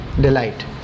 delight